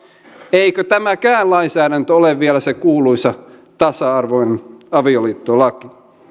eikö tämäkään lainsäädäntö ole vielä se kuuluisa tasa arvoinen avioliittolaki